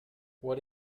what